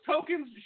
tokens